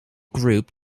group